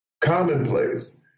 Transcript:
commonplace